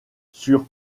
sur